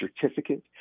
certificate